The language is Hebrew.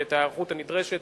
ואת ההיערכות הנדרשת